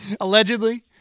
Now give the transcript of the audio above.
Allegedly